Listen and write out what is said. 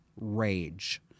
rage